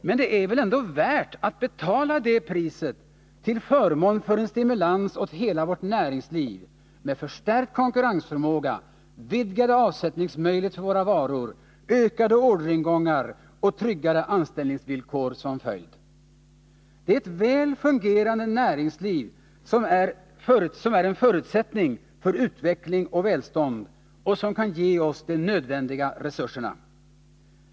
Men det är väl ändå värt att betala det priset för en stimulans åt hela vårt näringsliv, med förstärkt konkurrensförmåga, vidgade avs ättningsmöjligheter för våra varor, ökade orderingångar och tryggare anställningsvillkor som följd? Ett väl fungerande näringsliv är en förutsättning för utveckling och välstånd och kan ge oss de nödvändiga resurserna.